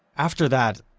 after that,